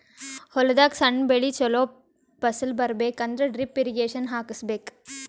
ಹೊಲದಾಗ್ ಸಣ್ಣ ಬೆಳಿ ಚೊಲೋ ಫಸಲ್ ಬರಬೇಕ್ ಅಂದ್ರ ಡ್ರಿಪ್ ಇರ್ರೀಗೇಷನ್ ಹಾಕಿಸ್ಬೇಕ್